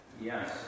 yes